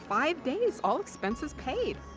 five days, all expenses paid!